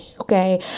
okay